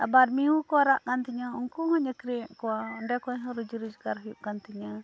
ᱟᱵᱟᱨ ᱢᱤᱸᱭᱦᱩ ᱠᱚ ᱦᱟᱨᱟᱜ ᱠᱟᱱ ᱛᱤᱧᱟᱹ ᱩᱱᱠᱩ ᱦᱚᱸᱧ ᱟᱹᱠᱷᱟᱹᱨᱤᱧᱮᱫ ᱠᱚᱣᱟ ᱚᱸᱰᱮ ᱠᱷᱚᱡ ᱦᱚᱸ ᱨᱩᱡᱤ ᱨᱚᱡᱜᱟᱨ ᱦᱩᱭᱩᱜ ᱠᱟᱱ ᱛᱤᱧᱟᱹ